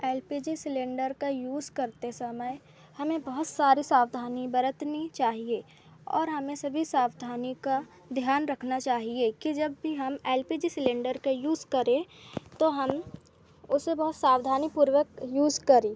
L P G cylinder का use करते समय हमें बहुत सारी सावधानी बरतनी चाहिए और हमें सभी सावधानी का ध्यान रखना चाहिए कि जब भी हम एल पी जी सिलेंडर का यूज़ करें तो हम उसे बहुत सावधानीपूर्वक यूज़ करें